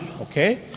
Okay